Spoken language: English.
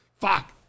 Fuck